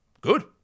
good